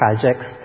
projects